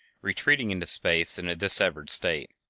retreating into space in a dissevered state.